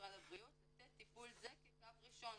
ומשרד הבריאות לתת טיפול זה כקו ראשון,